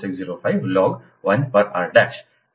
4605 log 1 પર r